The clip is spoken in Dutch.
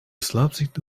slaapziekte